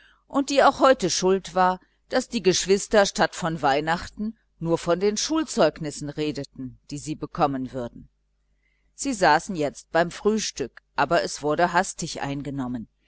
und die auch heute schuld war daß die geschwister statt von weihnachten nur von den schulzeugnissen redeten die sie bekommen würden sie saßen jetzt beim frühstück aber es wurde hastig eingenommen